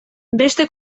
beste